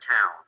town